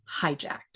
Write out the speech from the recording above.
hijacked